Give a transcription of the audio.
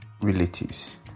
relatives